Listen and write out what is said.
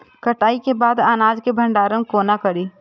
कटाई के बाद अनाज के भंडारण कोना करी?